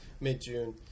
mid-June